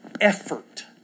effort